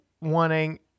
wanting